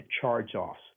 charge-offs